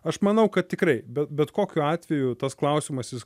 aš manau kad tikrai bet bet kokiu atveju tas klausimas jis